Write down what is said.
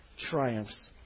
triumphs